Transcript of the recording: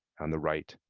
on the right,